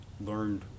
learned